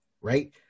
right